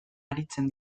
aritzen